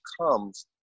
comes